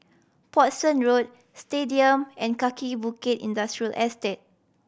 Portsdown Road Stadium and Kaki Bukit Industrial Estate